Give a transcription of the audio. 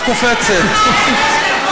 אדוני,